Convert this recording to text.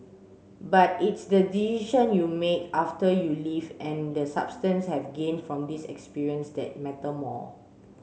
but its the you make after you leave and the substance have gained from this experience that matter more